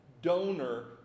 Donor